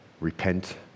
Repent